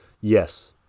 Yes